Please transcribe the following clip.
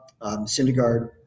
Syndergaard